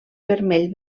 vermell